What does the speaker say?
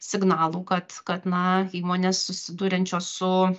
signalų kad kad na įmonės susiduriančios su